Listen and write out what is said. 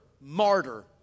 martyr